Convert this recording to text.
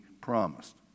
promised